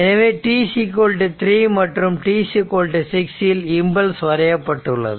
எனவே t3 மற்றும் t6 இல் இம்பல்ஸ் வரையப்பட்டுள்ளது